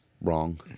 wrong